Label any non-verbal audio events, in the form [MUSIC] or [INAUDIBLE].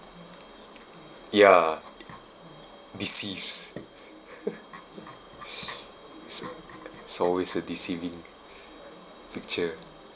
ya deceived [LAUGHS] [BREATH] it's it's always a deceiving picture